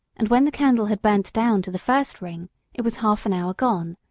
and when the candle had burnt down to the first ring it was half an hour gone,